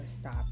stop